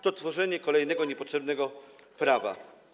To tworzenie kolejnego niepotrzebnego prawa.